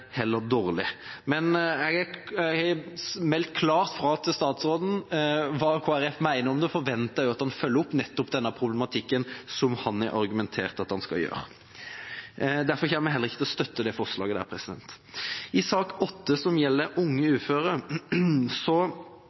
heller dårlig. Jeg har meldt klart fra til statsråden om hva Kristelig Folkeparti mener om det, og forventer også at han følger opp når det gjelder denne problematikken, som han har argumentert for at han skal gjøre. Derfor kommer jeg heller ikke til å støtte dette forslaget. Når det gjelder sak nr. 8, som gjelder unge uføre,